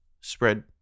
spread